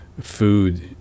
food